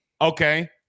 okay